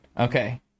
Okay